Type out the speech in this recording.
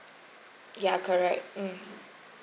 ya correct mm